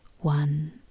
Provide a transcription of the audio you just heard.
one